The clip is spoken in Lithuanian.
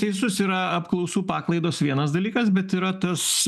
teisus yra apklausų paklaidos vienas dalykas bet yra tas